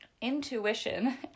intuition